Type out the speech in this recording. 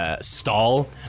stall